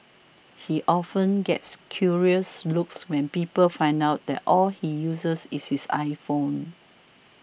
he often gets curious looks when people find out that all he uses is his iPhone